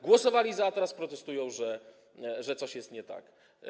Głosowali za, a teraz protestują, że coś jest nie tak.